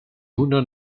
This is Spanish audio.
uno